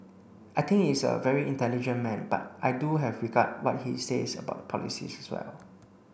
I think is a very intelligent man but I do have regard what he says about polices as well